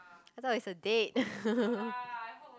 I thought it's a date